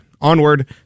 onward